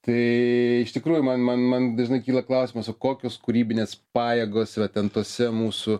tai iš tikrųjų man man man dažnai kyla klausimas o kokios kūrybinės pajėgos yra ten tose mūsų